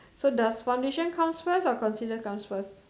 so the foundation comes first or concealer comes first